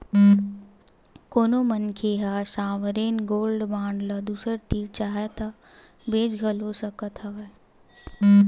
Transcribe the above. कोनो मनखे ह सॉवरेन गोल्ड बांड ल दूसर तीर चाहय ता बेंच घलो सकत हवय